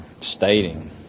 stating